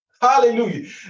Hallelujah